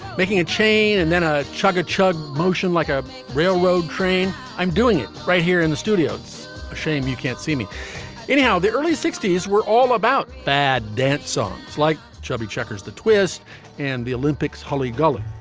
making a chain and then a chug, chug motion like a railroad train. i'm doing it right here in the studio. it's a shame you can't see me anyhow the early sixty s were all about bad dance songs like chubby checkers, the twist and the olympics. holly gulla